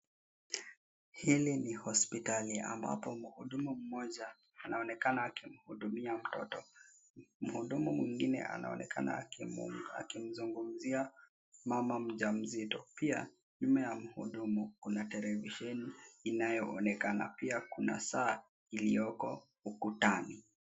Hili ni hospitali ambapo mhudumu mmoja anaonekana akimhudumia mtoto. Mhudumu mwingine anaonekana akimzungumzia mama mja mzito. Pia nyuma ya mhudumu kuna televisheni inayoonekana. Pia kuna saa iliyoko ukutani.